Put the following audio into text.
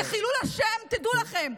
זה חילול השם, תדעו לכם.